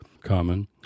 common